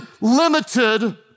limited